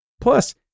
Plus